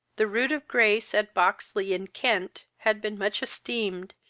the rood of grace, at boxley, in kent, had been much esteemed,